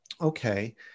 Okay